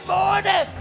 morning